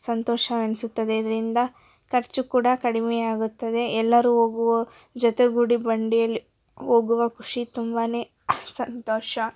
ಸಂತೋಷ ಎನಿಸುತ್ತದೆ ಇದರಿಂದ ಖರ್ಚು ಕೂಡ ಕಡಿಮೆ ಆಗುತ್ತದೆ ಎಲ್ಲರೂ ಹೋಗುವ ಜೊತೆಗೂಡಿ ಬಂಡಿಯಲ್ಲಿ ಹೋಗುವ ಖುಷಿ ತುಂಬಾ ಸಂತೋಷ